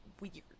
weird